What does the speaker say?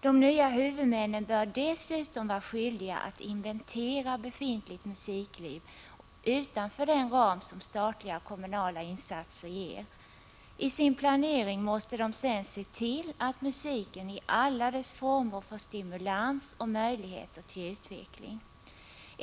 De nya huvudmännen bör dessutom vara skyldiga att inventera befintligt musikliv —- utanför den ram som statliga och kommunala insatser ger. I sin planering måste de sedan se till att musiken i alla dess former får stimulans och möjligheter till utveckling.